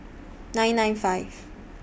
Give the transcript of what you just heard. nine nine five